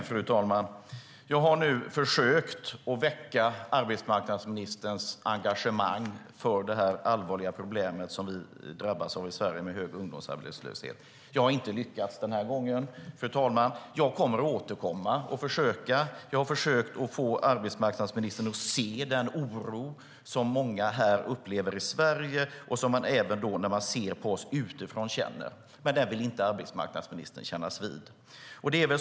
Fru talman! Jag har nu försökt väcka arbetsmarknadsministerns engagemang för det allvarliga problem som vi drabbas av i Sverige med hög ungdomsarbetslöshet. Jag har inte lyckats den här gången, fru talman. Jag kommer att återkomma och försöka. Jag har försökt få arbetsmarknadsministern att se den oro som många här i Sverige upplever och som många som ser på oss utifrån känner. Men den vill inte arbetsmarknadsministern kännas vid.